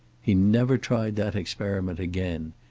he never tried that experiment again.